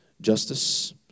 justice